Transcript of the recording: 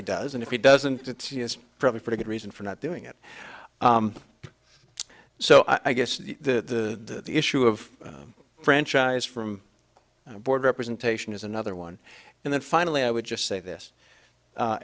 he does and if he doesn't it's probably a pretty good reason for not doing it so i guess the issue of franchise from board representation is another one and then finally i would just say this a